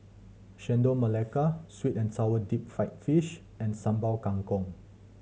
Chendol Melaka sweet and sour deep fried fish and Sambal Kangkong